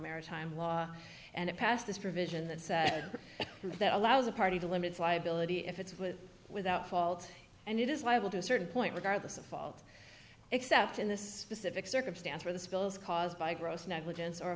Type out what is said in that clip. maritime law and it passed this provision that said that allows a party to limits liability if it's with without fault and it is liable to a certain point regardless of fault except in this specific circumstance where the spill is caused by gross negligence or